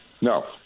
No